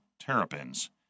Terrapins